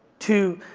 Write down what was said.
to